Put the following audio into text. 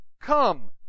Come